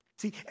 See